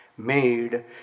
made